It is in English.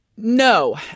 No